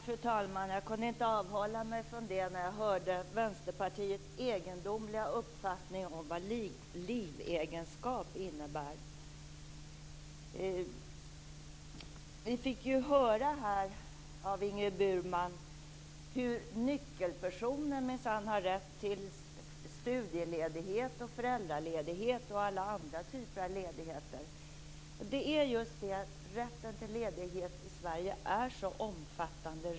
Fru talman! Jag kunde inte avhålla mig från att begära replik när jag hörde Vänsterpartiets egendomliga uppfattning om vad livegenskap innebär. Vi fick höra här av Ingrid Burman hur nyckelpersoner minsann har rätt till studieledighet, föräldraledighet och alla andra typer av ledigheter. Det är just det - rätten till ledighet i Sverige är redan så omfattande.